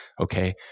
okay